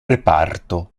reparto